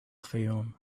fayoum